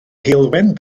heulwen